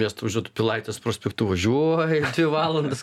miestą važiuot pilaitės prospektu važiuoji dvi valandas